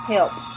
help